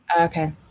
Okay